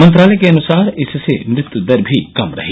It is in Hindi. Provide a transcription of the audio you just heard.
मंत्रालय के अनुसार इससे मृत्यु दर भी कम रही